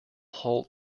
halt